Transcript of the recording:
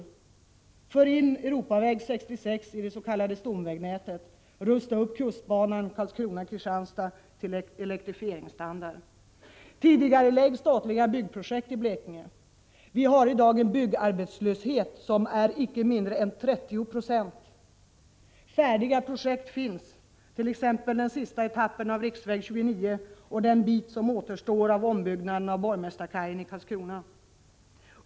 Man bör föra in Europaväg 66 i det s.k. stomvägnätet och rusta upp kustbanan Karlskrona-Kristianstad till elektrifieringsstandard. Tidigarelägg statliga byggprojekt i Blekinge! Blekinge har i dag en byggarbetslöshet på icke mindre än 30 96. Färdiga projekt finns, t.ex. den sista etappen av riksväg 29 och den bit som återstår av ombyggnaden av borgmästarkajen i Karlskrona.